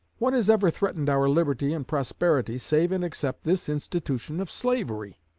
what has ever threatened our liberty and prosperity, save and except this institution of slavery?